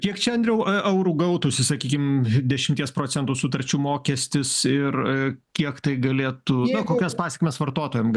kiek čia andriau eurų gautųsi sakykim dešimties procentų sutarčių mokestis ir kiek tai galėtų na kokias pasekmes vartotojam